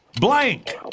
blank